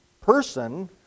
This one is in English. person